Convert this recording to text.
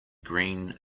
green